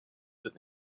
with